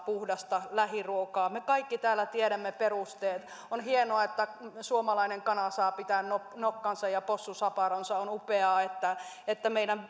puhdasta lähiruokaa me kaikki täällä tiedämme perusteet on hienoa että suomalainen kana saa pitää nokkansa ja possu saparonsa ja on upeaa että että meidän